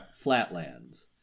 flatlands